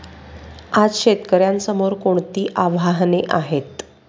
आज शेतकऱ्यांसमोर कोणती आव्हाने आहेत?